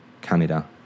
Canada